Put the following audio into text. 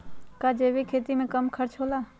का जैविक खेती में कम खर्च होला?